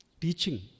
teaching